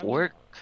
Work